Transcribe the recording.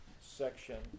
section